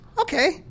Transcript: Okay